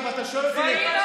זה אירוע מביך.